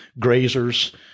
grazers